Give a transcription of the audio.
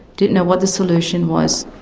didn't know what the solution was.